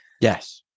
Yes